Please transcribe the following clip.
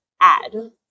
add